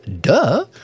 Duh